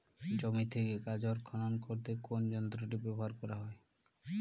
জমি থেকে গাজর খনন করতে কোন যন্ত্রটি ব্যবহার করা হয়?